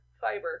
fiber